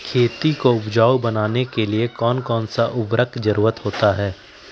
खेती को उपजाऊ बनाने के लिए कौन कौन सा उर्वरक जरुरत होता हैं?